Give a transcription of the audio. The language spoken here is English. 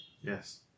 Yes